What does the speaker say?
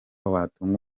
watunga